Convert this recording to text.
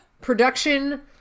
Production